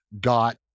got